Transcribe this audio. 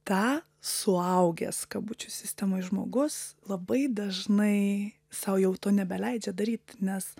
tą suaugęs kabučių sistemoj žmogus labai dažnai sau jau to nebeleidžia daryt nes